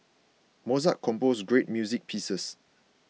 Mozart composed great music pieces